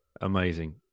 amazing